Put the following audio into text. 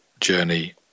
journey